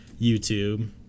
YouTube